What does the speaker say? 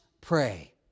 pray